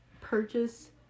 purchase